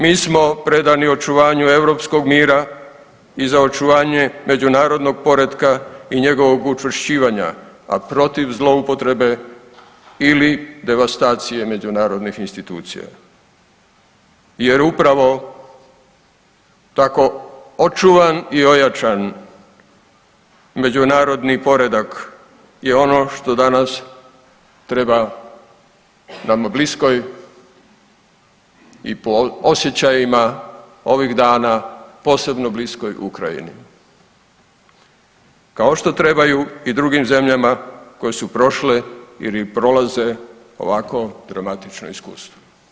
Mi smo predani očuvanju europskog mira i za očuvanje međunarodnog poretka i njegovog učvršćivanja, a protiv zloupotrebe ili devastacije međunarodnih institucija jer upravo tako očuvan i ojačan međunarodni poredak je ono što danas treba nama bliskoj i po osjećajima ovih dana, posebno bliskoj Ukrajini kao što trebaju i drugim zemljama koje su prošle ili prolaze ovako dramatično iskustvo.